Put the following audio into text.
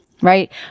right